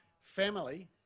Family